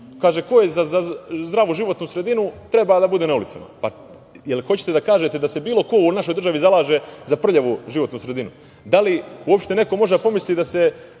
Kaže – ko je za zdravu životnu sredinu treba da bude na ulicama. Hoćete li da kažete da se bilo ko u našoj državi zalaže za prljavu životnu sredinu? Da li uopšte neko može da pomisli da se